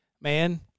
man